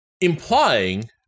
implying